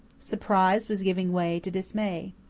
surprise was giving way to dismay.